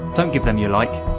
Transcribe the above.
don't give them your like.